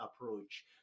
approach